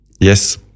yes